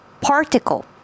particle